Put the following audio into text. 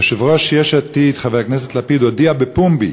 יושב-ראש יש עתיד חבר הכנסת לפיד הודיע בפומבי